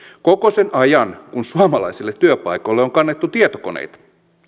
koko sen ajan kun suomalaisille työpaikoille on on kannettu tietokoneita